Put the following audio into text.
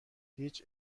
هیچ